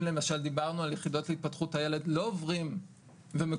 אם למשל דיברנו על יחידות להתפתחות הילד לא עוברים ומקוזזים